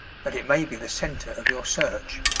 that it may be the centre of your search.